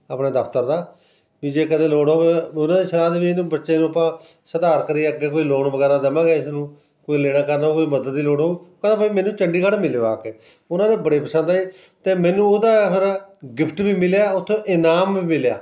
ਆਪਣਾ ਦਫਤਰ ਦਾ ਵੀ ਜੇ ਕਦੇ ਲੋੜ ਹੋਵੇ ਉਹਨਾਂ ਦੀ ਸਲਾਹ 'ਤੇ ਵੀ ਇਹਨੂੰ ਬੱਚੇ ਨੂੰ ਆਪਾਂ ਸੁਧਾਰ ਕਰੀਏ ਅੱਗੇ ਕੋਈ ਲੋਨ ਵਗੈਰਾ ਦੇਵਾਂਗੇ ਇਸਨੂੰ ਕੋਈ ਲੈਣਾ ਕਰਨਾ ਕੋਈ ਮਦਦ ਦੀ ਲੋੜ ਹੋਊ ਪਰ ਬਈ ਮੈਨੂੰ ਚੰਡੀਗੜ੍ਹ ਮਿਲਿਓ ਆ ਕੇ ਉਹਨਾਂ ਨੇ ਬੜੇ ਪਸੰਦ ਆਏ ਅਤੇ ਮੈਨੂੰ ਉਹਦਾ ਫਿਰ ਗਿਫਟ ਵੀ ਮਿਲਿਆ ਉੱਥੇ ਇਨਾਮ ਮਿਲਿਆ